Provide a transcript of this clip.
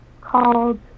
called